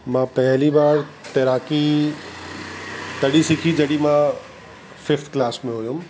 मां पहली बार तैराकी तॾहिं सिखी जॾहिं मां फिफ्थ क्लास में हुउमि